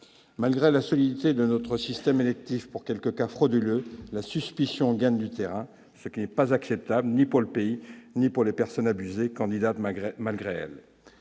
Malgré la solidité de notre système électif, pour quelques cas frauduleux, la suspicion gagne du terrain, ce qui n'est acceptable ni pour le pays ni pour les personnes abusées, candidates malgré elles.